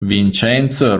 vincenzo